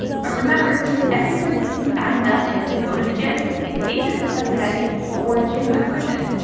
but remember every person who signs up and doesn't go to the gym is basically subsidizing your gym membership,